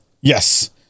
yes